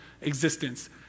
existence